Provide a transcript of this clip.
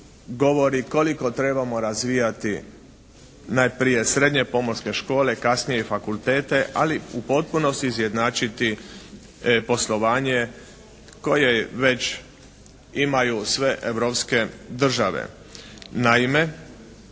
govori koliko trebamo razvijati najprije srednje pomorske škole, kasnije i fakultete, ali u potpunosti izjednačiti poslovanje koje već imaju sve europske države.